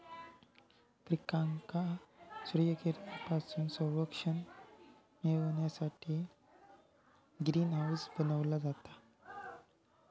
पिकांका सूर्यकिरणांपासून संरक्षण मिळण्यासाठी ग्रीन हाऊस बनवला जाता